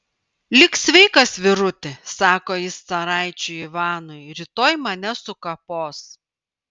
lik sveikas vyruti sako jis caraičiui ivanui rytoj mane sukapos